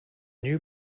new